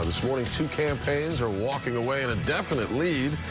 the the sort of two campaigns are walking away and definitely.